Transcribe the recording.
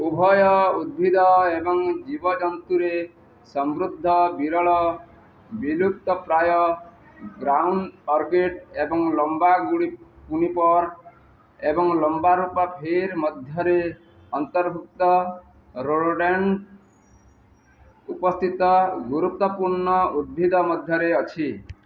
ଉଭୟ ଉଦ୍ଭିଦ ଏବଂ ଜୀବଜନ୍ତୁରେ ସମୃଦ୍ଧ ବିରଳ ବିଲୁପ୍ତପ୍ରାୟ ଗ୍ରାଉଣ୍ଡ ଅର୍କିଡ଼୍ ଏବଂ ଲମ୍ବା ଜୁନିପର୍ ଏବଂ ଲମ୍ବା ରୂପା ଫିର୍ ମଧ୍ୟରେ ଅନ୍ତର୍ଭୁକ୍ତ ଉପସ୍ଥିତ ଗୁରୁତ୍ୱପୂର୍ଣ୍ଣ ଉଦ୍ଭିଦ ମଧ୍ୟରେ ଅଛି